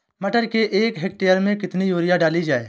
मटर के एक हेक्टेयर में कितनी यूरिया डाली जाए?